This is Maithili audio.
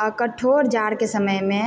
आ कठोर जाड़के समयमे